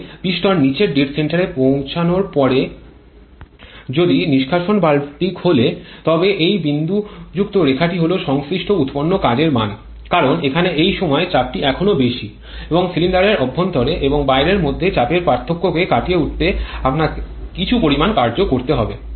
তবে পিস্টন নীচের ডেড সেন্টারে পৌঁছানোর পরে যদি নিষ্কাশন ভালভটি খোলে তবে এই বিন্দুযুক্ত রেখাটি হল সংশ্লিষ্ট উৎপন্ন কাজের মান কারণ এখানে এই সময়ে চাপটি এখনও বেশি এবং সিলিন্ডারের অভ্যন্তরে এবং বাইরের মধ্যে চাপের পার্থক্যকে কাটিয়ে উঠতে আপনাকে কিছু পরিমাণ কার্য করতে হবে